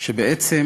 שבעצם